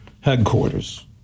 headquarters